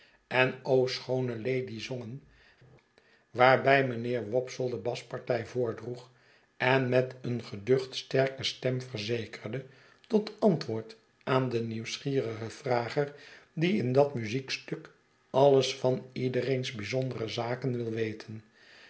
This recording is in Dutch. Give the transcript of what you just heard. en o schoone lady zongen waarbij mijnheer wopsle de baspartij voordroeg en met eene geducht sterke stem verzekerde tot antwoord aan den nieuwsgierigen vrager die in dat muziekstuk alles van iedereens bijzondere zaken wil weten